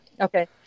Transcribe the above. okay